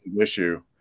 issue